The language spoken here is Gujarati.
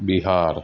બિહાર